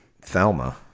Thelma